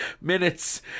minutes